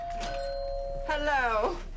Hello